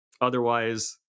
otherwise